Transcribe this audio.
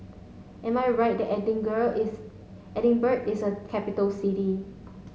am I right that Edingirl is Edinburgh is a capital city